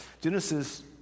Genesis